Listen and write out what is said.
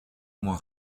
moins